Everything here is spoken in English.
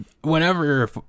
whenever